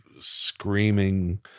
screaming